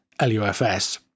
LUFS